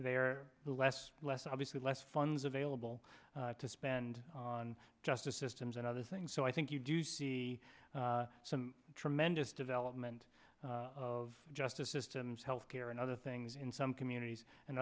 they are less less obviously less funds available to spend on justice systems and other things so i think you do see some tremendous development of justice systems health care and other things in some communities and